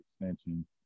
extension